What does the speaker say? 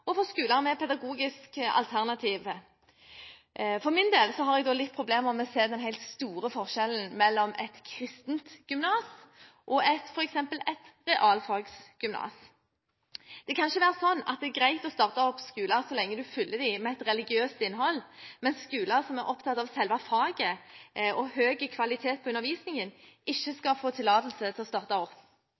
både religiøse skoler og skoler med pedagogiske alternativer. For min del har jeg da litt problemer med å se den helt store forskjellen mellom et kristent gymnas og f.eks. et realfagsgymnas. Det kan ikke være slik at det er greit å starte opp skoler så lenge du fyller dem med religiøst innhold, mens skoler som er opptatt av selve faget og høy kvalitet på undervisningen, ikke skal få tillatelse til å starte opp.